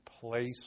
place